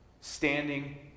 standing